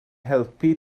helpu